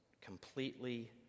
completely